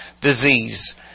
disease